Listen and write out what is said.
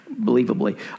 believably